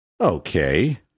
Okay